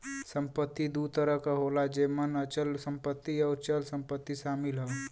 संपत्ति दू तरह क होला जेमन अचल संपत्ति आउर चल संपत्ति शामिल हौ